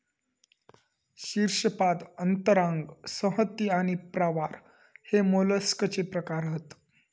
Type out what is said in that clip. शीर्शपाद अंतरांग संहति आणि प्रावार हे मोलस्कचे प्रकार हत